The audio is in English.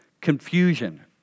confusion